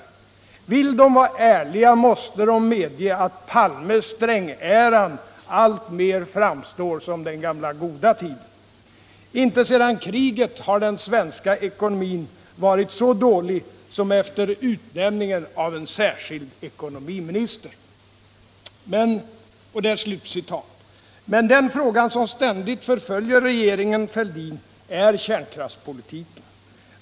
Vill de vara ärliga, måste de medge, att Palme-Strängeran alltmer framstår som ”den gamla goda tiden”. Inte sedan kriget har den svenska ekonomin varit så dålig som efter utnämningen av en särskild ekonomiminister.” Men den fråga som ständigt förföljer regeringen Fälldin är kärnkraftspolitiken.